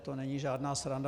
To není žádná sranda.